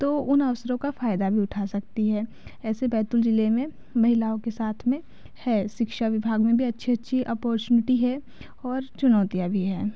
तो उन अवसरों का फायदा भी उठा सकती है ऐसे बैतूल जिले में महिलाओं के साथ में हैं शिक्षा विभाग में भी अच्छी अच्छी ऑपोर्चुनिटी है और चुनौतियाँ भी हैं